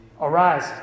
Arise